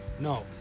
No